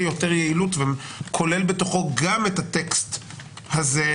יותר יעילות וכולל בתוכו גם את הטקסט הזה,